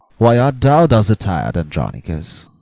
why art thou thus attir'd, andronicus?